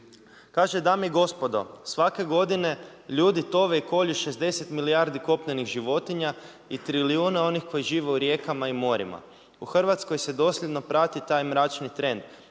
Kaže, dame i gospodo, svake godine ljudi tove i kolju 60 milijardi kopnenih životinja i trilijune onih koji žive u rijekama i morima. U Hrvatskoj se dosljedno prati taj mračni trend